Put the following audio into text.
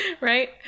right